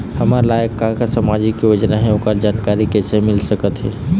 हमर लायक का का सामाजिक योजना हे, ओकर जानकारी कइसे मील सकत हे?